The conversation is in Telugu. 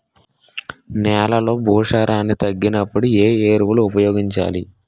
నెలలో భూసారాన్ని తగ్గినప్పుడు, ఏ ఎరువులు ఉపయోగించాలి?